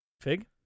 Fig